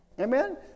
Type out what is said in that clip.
Amen